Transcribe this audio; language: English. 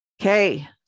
Okay